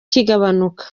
kigabanuka